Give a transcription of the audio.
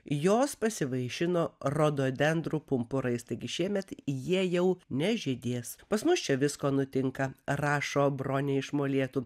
jos pasivaišino rododendrų pumpurais taigi šiemet jie jau nežydės pas mus čia visko nutinka rašo bronė iš molėtų